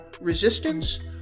resistance